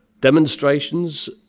demonstrations